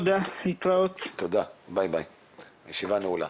הישיבה נעולה.